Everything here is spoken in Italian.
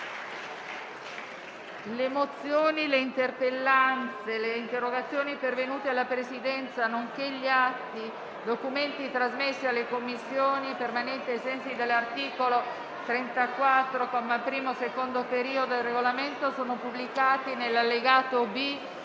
Le mozioni, le interpellanze e le interrogazioni pervenute alla Presidenza, nonché gli atti e i documenti trasmessi alle Commissioni permanenti ai sensi dell'articolo 34, comma 1, secondo periodo, del Regolamento sono pubblicati nell'allegato B